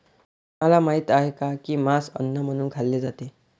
तुम्हाला माहित आहे का की मांस अन्न म्हणून खाल्ले जाते?